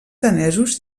danesos